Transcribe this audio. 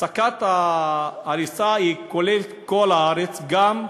הפסקת ההריסה כוללת את כל הארץ, גם הנגב,